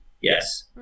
Yes